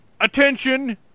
attention